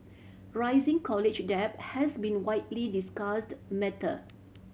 rising college debt has been a widely discussed matter